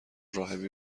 راهبی